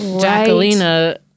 Jacqueline